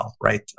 right